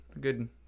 Good